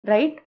Right